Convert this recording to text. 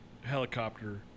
helicopter